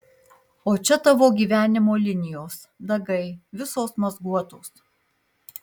o čia tavo gyvenimo linijos dagai visos mazguotos